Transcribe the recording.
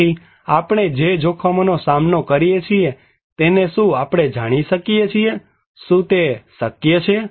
તેથી આપણે જે જોખમોનો સામનો કરીએ છીએ તેને શું આપણે જાણી શકીએ છીએ શું તે શક્ય છે